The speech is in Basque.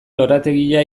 lorategia